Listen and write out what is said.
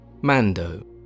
Mando